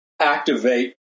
activate